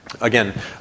Again